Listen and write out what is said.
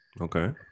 Okay